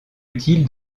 utile